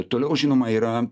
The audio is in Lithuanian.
toliau žinoma yra